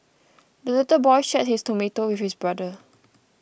the little boy shared his tomato with his brother